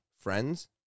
friends